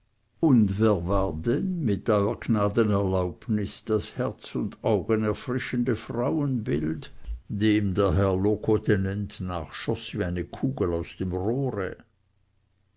wer war denn mit eurer gnaden erlaubnis das herz und augen erfrischende frauenbild dem der herr locotenent nachschoß wie eine kugel aus dem rohre